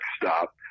stop